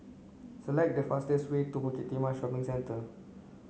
select the fastest way to Bukit Timah Shopping Centre